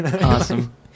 Awesome